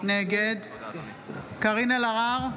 נגד קארין אלהרר,